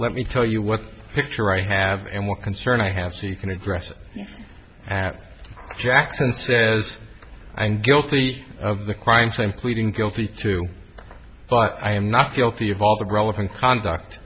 let me tell you what picture i have and what concern i have see can address at jackson says i'm guilty of the crimes i'm pleading guilty to but i am not guilty of all the relevant conduct